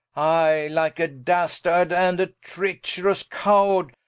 i like a dastard, and a treacherous coward,